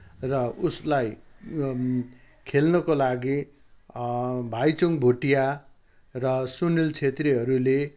र उसलाई खेल्नको लागि भाइचुङ भुटिया र सुनिल छेत्रीहरूले